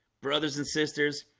brothers and sisters.